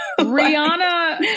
rihanna